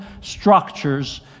structures